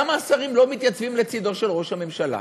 למה השרים לא מתייצבים לצידו של ראש הממשלה?